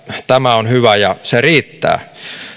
tämä on hyvä ja se riittää